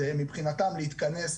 זה מבחינתם להתכנס,